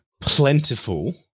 plentiful –